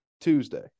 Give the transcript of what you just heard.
Tuesday